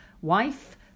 wife